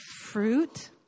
fruit